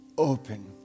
Open